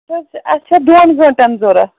اَسہِ چھےٚ دۄن گٲنٛٹن ضوٚرَتھ